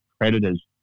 creditors